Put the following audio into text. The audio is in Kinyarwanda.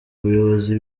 abayobozi